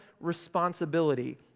responsibility